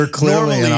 clearly